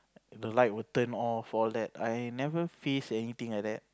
the light would turn off all that I never face anything like that